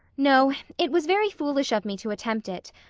no. it was very foolish of me to attempt it.